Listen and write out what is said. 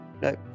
No